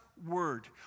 word